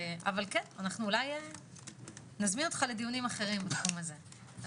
אבל אולי נזמין אותך לדיונים אחרים בתחום הזה.